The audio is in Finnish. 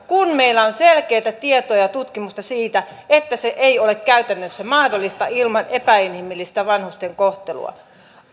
kun meillä on selkeää tietoa ja ja tutkimusta siitä että se ei ole käytännössä mahdollista ilman epäinhimillistä vanhusten kohtelua